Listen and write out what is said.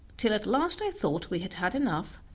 till at last i thought we had had enough,